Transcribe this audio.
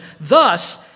Thus